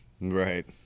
Right